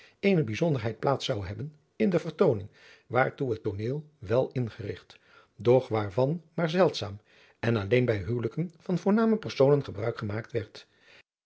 aldaar eene bijzonderheid plaats zou hebben in de vertooning waartoe het tooneel wel ingerigt doch waarvan maar zeldzaam en alleen bij huwelijken van voorname personen gebruik gemaakt werd